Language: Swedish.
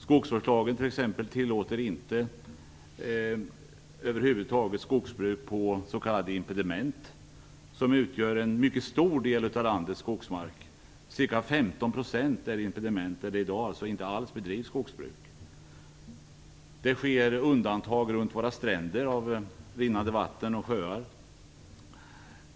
Skogsvårdslagen t.ex. tillåter över huvud taget inte skogsbruk på s.k. impediment, som utgör en mycket stor del av landets skogsmark. Ca 15 % är impediment där det i dag inte alls bedrivs skogsbruk. Det sker undantag runt stränder, vid rinnande vatten och sjöar.